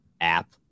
app